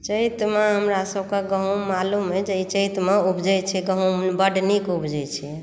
चैतमे हमरा सभक गहूॅंम मालूम अछि जे ई चैतमे उपजै छै गहूॅंम बड नीक उपजै छै